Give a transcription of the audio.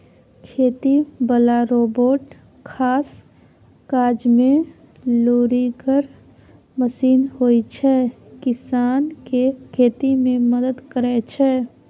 खेती बला रोबोट खास काजमे लुरिगर मशीन होइ छै किसानकेँ खेती मे मदद करय छै